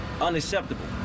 unacceptable